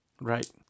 Right